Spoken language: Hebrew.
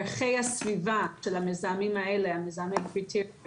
ערכי הסביבה של המזהמים האלה לא משתנים,